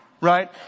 Right